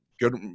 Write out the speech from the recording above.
good